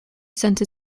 since